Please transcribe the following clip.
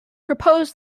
proposed